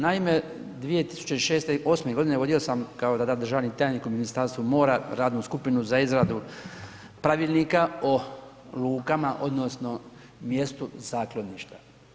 Naime, 2006. 8 godine vodio sam kao tada državni tajnik u Ministarstvu mora radnu skupinu za izradu pravilnika o lukama odnosno mjestu zakloništa.